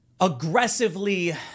aggressively